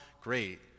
great